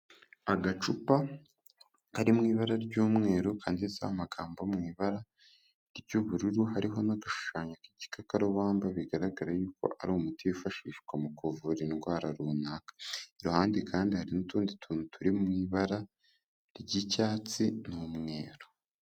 Agacupa kari mu ibara ry'umweru kanginditseho amagambo mu ibara ry'ubururu, hariho n'agashushanyo k'igikakarubamba, bigaragara yuko ari umuti wifashishwa mu kuvura indwara runaka, iruhande kandi hari n'utundi tuntu turi mu ibara ry'icyatsi n'umweru.